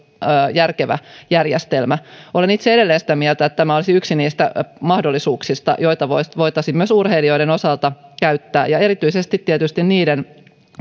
järkevä järjestelmä olen itse edelleen sitä mieltä että tämä olisi yksi niistä mahdollisuuksista joita voitaisiin myös urheilijoiden osalta käyttää ja erityisesti tietysti niiden